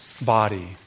body